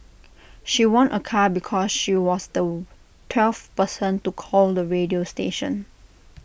she won A car because she was the twelfth person to call the radio station